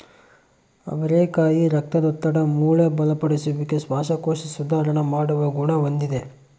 ಅವರೆಕಾಯಿ ರಕ್ತದೊತ್ತಡ, ಮೂಳೆ ಬಲಪಡಿಸುವಿಕೆ, ಶ್ವಾಸಕೋಶ ಸುಧಾರಣ ಮಾಡುವ ಗುಣ ಹೊಂದಿದೆ